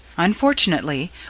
Unfortunately